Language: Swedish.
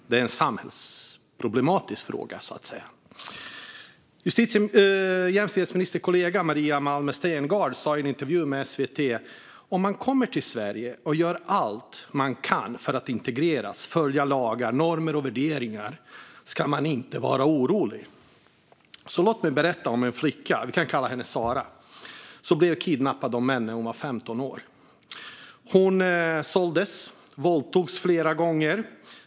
Det är en samhällsproblematisk fråga. Jämställdhetsministerns kollega Maria Malmer Stenergard sa i en intervju med SVT att om man kommer till Sverige och gör allt man kan för att integreras - följer lagar, normer och värderingar - ska man inte vara orolig. Låt mig berätta om en flicka - vi kan kalla henne Sara - som blev kidnappad av män när hon var 15 år. Hon såldes och våldtogs flera gånger.